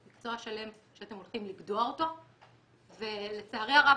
מקצוע שלם שאתם הולכים לגדוע אותו ולצערי הרב,